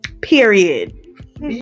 Period